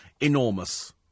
enormous